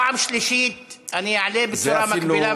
בפעם השלישית אני אענה בצורה מקבילה,